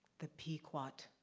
the pequot, but